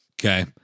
Okay